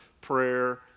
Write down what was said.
prayer